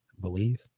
believe